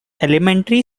elementary